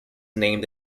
named